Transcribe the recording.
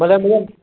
मतिलबु ईअं